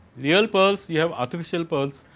real pearls we have artificial pearls,